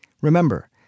Remember